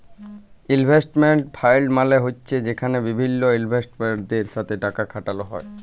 investment fund মালে হছে যেখালে বিভিল্ল ইলভেস্টরদের সাথে টাকা খাটালো হ্যয়